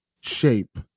shape